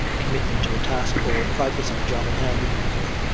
commitment to a task or focus on a job at hand would be difficult.